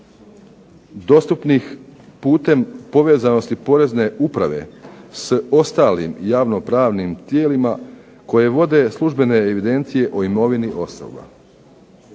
dostupnih putem povezanosti POrezne uprave s ostalim javno-pravnim tijelima koje vode službene evidencije o imovini osoba.